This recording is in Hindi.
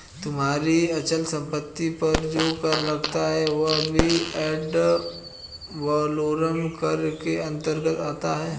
तुम्हारी अचल संपत्ति पर जो कर लगता है वह भी एड वलोरम कर के अंतर्गत आता है